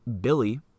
Billy